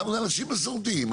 גם לאנשים מסורתיים.